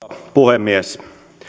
puhemies